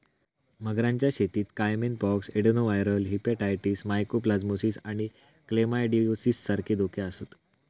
मगरांच्या शेतीत caiman pox, adenoviral hepatitis, mycoplasmosis आणि क्लेमायडिओसिस सारखे धोके आसतत